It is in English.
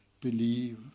believe